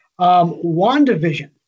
WandaVision